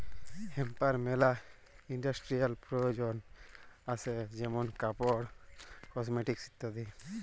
হেম্পের মেলা ইন্ডাস্ট্রিয়াল প্রয়জন আসে যেমন কাপড়, কসমেটিকস ইত্যাদি